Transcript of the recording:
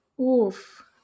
Oof